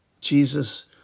Jesus